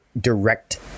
direct